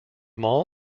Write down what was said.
mall